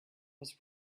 was